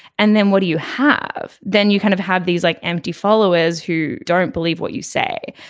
and then what do you have then you kind of have these like empty followers who don't believe what you say.